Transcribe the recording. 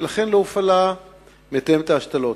ולכן לא הופעלה מתאמת ההשתלות.